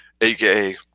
aka